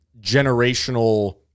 generational